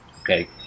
okay